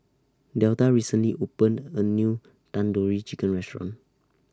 Delta recently opened A New Tandoori Chicken Restaurant